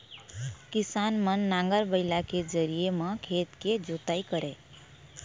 किसान मन नांगर, बइला के जरिए म खेत के जोतई करय